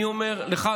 אני אומר לך,